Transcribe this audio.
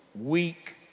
weak